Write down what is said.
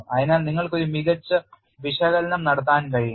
അതിനാൽ നിങ്ങൾക്ക് ഒരു മികച്ച വിശകലനം നടത്താൻ കഴിയും